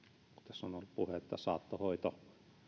puhe että saattohoito